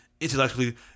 intellectually